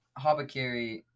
Habakiri